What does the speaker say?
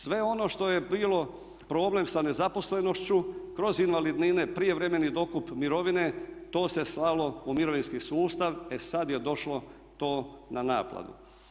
Sve ono što je bilo problem sa nezaposlenošću kroz invalidnine, prijevremeni dokup mirovine to se slalo u mirovinski sustav, e sada je došlo to na naplatu.